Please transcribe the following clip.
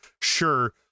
sure